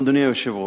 אדוני היושב-ראש,